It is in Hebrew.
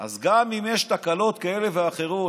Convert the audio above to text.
אז גם אם יש תקלות כאלה ואחרות,